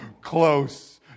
close